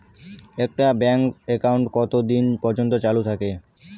একটা bank account কতদিন পর্যন্ত চালু থাকে?